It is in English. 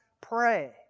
pray